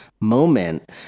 moment